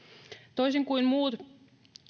toisin kuin muut